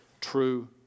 true